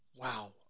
Wow